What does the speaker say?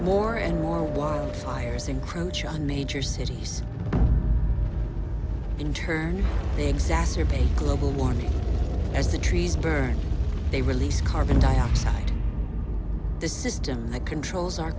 more and more was fires encroach on major cities in turn may exacerbate global warming as the trees burn they release carbon dioxide the system that controls our